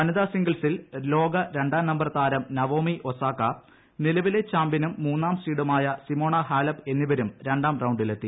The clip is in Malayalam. വനിതാ സിംഗിൾസിൽ ലോക രണ്ടാം നമ്പർതാരം നവോമി ഒസാക നിലവിലെ ചാമ്പ്യനും മൂന്നാം സീഡുമായ സിമോണ ഹാലെ എന്നിവരും രണ്ടാം ഷ്ട്ടത്തിലെത്തി